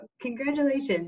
Congratulations